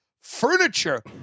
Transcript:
Furniture